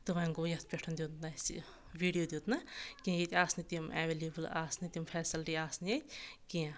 تہٕ وَنٛۍ گوٚو یَتھ پؠٹھ دیُت نہٕ اَسہِ ویٖڈیو دیُت نہٕ کینٛہہ ییٚتہِ آسنہٕ تِم ایویلیبٕل آسنہٕ تِم فیسَلٹی آسنہِ ییٚتہِ کینٛہہ